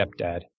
stepdad